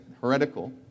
heretical